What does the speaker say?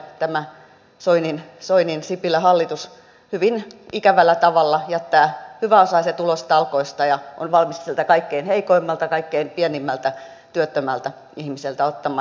tämä soininsipilän hallitus hyvin ikävällä tavalla jättää hyväosaiset ulos talkoista ja on valmis siltä kaikkein heikoimmalta kaikkein pienimmältä työttömältä ihmiseltä ottamaan